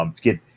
get